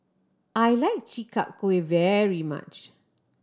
I like Chi Kak Kuih very much